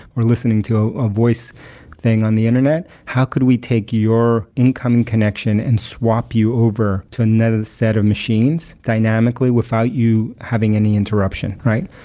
we're listening to a voice thing on the internet, how could we take your incoming connection and swap you over to another set of machines dynamically, without you having any interruption, right?